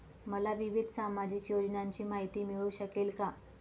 मला विविध सामाजिक योजनांची माहिती मिळू शकेल का?